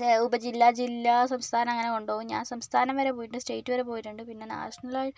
ചെ ഉപജില്ല ജില്ലാ സംസ്ഥാനം അങ്ങനെ കൊണ്ടു പോകും ഞാൻ സംസ്ഥാനം വരെ പോയിട്ടുണ്ട് സ്റ്റേറ്റ് വരെ പോയിട്ടുണ്ട് പിന്നെ നാഷണൽ ലെവൽ